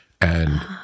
and-